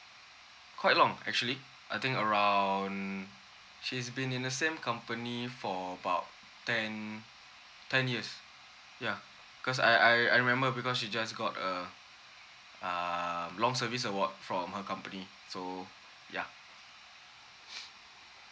quite long actually I think around she's been in the same company for about ten ten years yeah because I I I remember because she just got a uh long service award from her company so ya